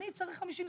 אני צריך 50 זיקוקין,